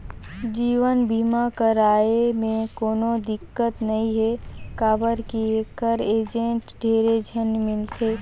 जीवन बीमा करवाये मे कोनो दिक्कत नइ हे काबर की ऐखर एजेंट ढेरे झन मिलथे